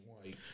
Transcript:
white